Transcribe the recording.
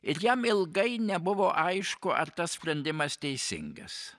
ir jam ilgai nebuvo aišku ar tas sprendimas teisingas